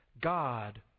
God